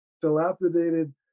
dilapidated